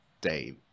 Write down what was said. dave